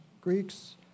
Greeks